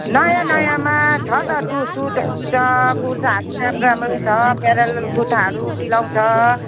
नयाँ नयाँमा छ त टू सुटहरू पनि छ कुर्ताहरू पनि राम्रो राम्रै छ प्यारालल कुर्ताहरू सिलाउँछ